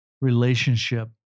relationship